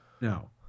No